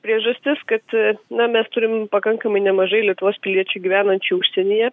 priežastis kad na mes turim pakankamai nemažai lietuvos piliečių gyvenančių užsienyje